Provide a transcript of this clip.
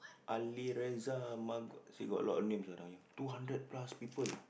Ali Reza M~ still got a lot of names around here two hundred plus people